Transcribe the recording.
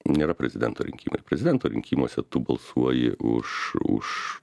nėra prezidento rinkimai prezidento rinkimuose tu balsuoji už